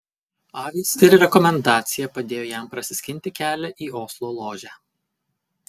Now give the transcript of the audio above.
avys ir rekomendacija padėjo jam prasiskinti kelią į oslo ložę